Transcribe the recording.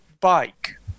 bike